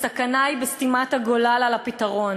הסכנה היא בסתימת הגולל על הפתרון.